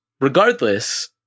Regardless